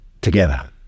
together